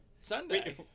Sunday